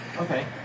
Okay